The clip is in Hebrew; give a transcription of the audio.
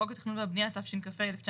בחוק התכנון והבניה התשכ"ה-1965,